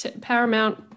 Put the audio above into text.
Paramount